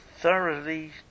thoroughly